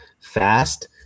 fast